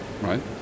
right